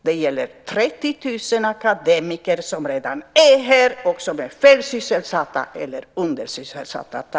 Det gäller 30 000 akademiker som redan är här och som är felsysselsatta eller undersysselsatta.